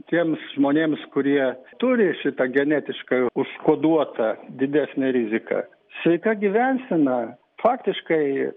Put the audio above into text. tiems žmonėms kurie turi šitą genetiškai užkoduota didesnę riziką sveika gyvensena faktiškai